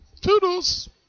Toodles